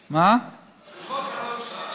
ללחוץ על האוצר,